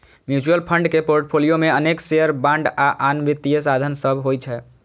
mutual fund के portfolio मे अनेक शेयर, बांड आ आन वित्तीय साधन सभ होइ छै